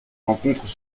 rencontrent